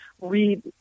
read